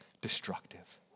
destructive